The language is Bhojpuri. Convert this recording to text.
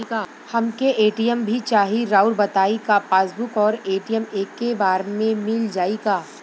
हमके ए.टी.एम भी चाही राउर बताई का पासबुक और ए.टी.एम एके बार में मील जाई का?